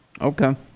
okay